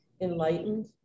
enlightened